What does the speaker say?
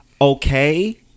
okay